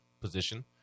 position